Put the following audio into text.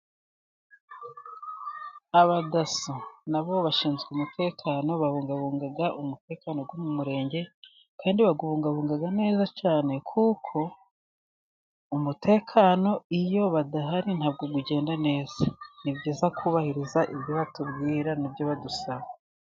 Abadaso nabo bashinzwe umutekano, babungabunga umutekano wo mu murenge, kandi babungabunga neza cyane, kuko umutekano iyo badahari ntabwo ugenda neza, ni byiza kubahiriza ibyo batubwira n 'inibyo badusaba.